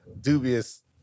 dubious